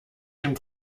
dem